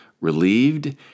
relieved